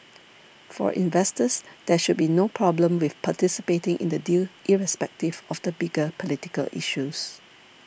for investors there should be no problem with participating in the deal irrespective of the bigger political issues